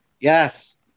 Yes